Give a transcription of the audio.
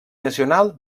nacional